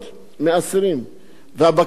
הבקשה היחידה של האסירים היתה: